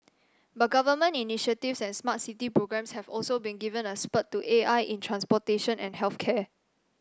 but government initiatives and smart city programs have also given a spurt to A I in transportation and health care